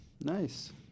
Nice